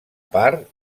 part